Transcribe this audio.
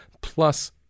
plus